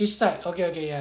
his side okay okay ya